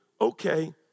okay